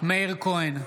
מאיר כהן,